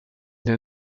der